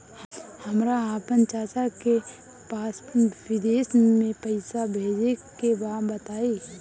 हमरा आपन चाचा के पास विदेश में पइसा भेजे के बा बताई